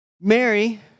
Mary